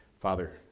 father